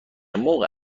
موقع